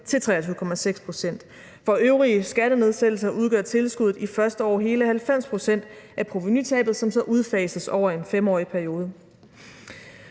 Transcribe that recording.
til 23,6 pct. For øvrige skattenedsættelser udgør tilskuddet i det første år hele 90 pct. af provenutabet, og det udfases så over en 5-årig periode.